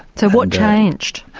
so what changed?